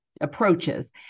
approaches